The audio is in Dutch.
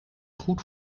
goed